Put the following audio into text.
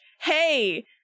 hey